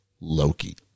loki